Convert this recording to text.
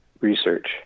research